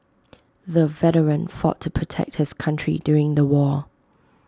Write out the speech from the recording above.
the veteran fought to protect his country during the war